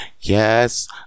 yes